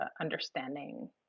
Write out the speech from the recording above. understanding